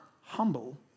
humble